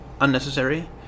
unnecessary